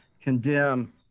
condemn